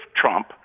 Trump